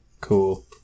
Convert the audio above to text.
Cool